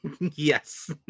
Yes